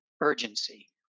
urgency